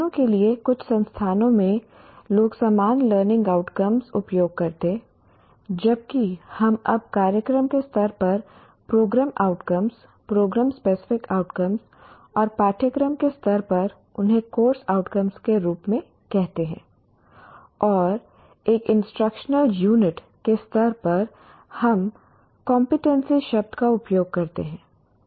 तीनों के लिए कुछ संस्थानों में लोग समान लर्निंग आउटकम्स उपयोग करते जबकि हम अब कार्यक्रम के स्तर पर program outcome program specific outcomes और पाठ्यक्रम के स्तर पर उन्हें कोर्स आउटकम्स के रूप में कहते हैं और एक इंस्ट्रक्शनल यूनिट के स्तर पर हम कंप्टएनसी शब्द का उपयोग करते हैं